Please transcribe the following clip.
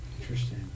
Interesting